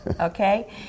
okay